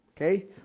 Okay